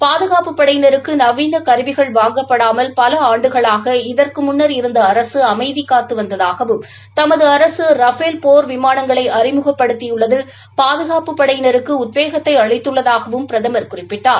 பாதுகாப்புப் படையினருக்கு நவீன கருவிகள் வாங்கப்படாமல் பல ஆண்டுகளாக இதற்கு முன்னா் இருந்த அரசு அமைதி காத்து வந்ததாகவும் தமது அரசு ரபேல் போர் விமானங்களை அறிமுகப்படுத்தியுள்ளது பாதுகாப்புப் படையினருக்கு உத்வேகத்தை அளித்துள்ளதாகவும் பிரதமர் குறிப்பிட்டார்